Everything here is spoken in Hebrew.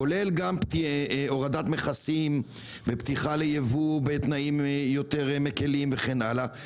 כולל גם הורדת מכסים ופתיחה ליבוא בתנאים יותר מקלים וכן הלאה,